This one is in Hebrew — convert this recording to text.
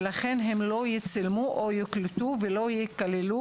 ולכן הם לא יצולמו או יוקלטו ולא ייכללו